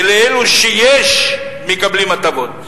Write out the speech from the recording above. ואלו שיש להם מקבלים הטבות.